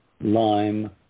lime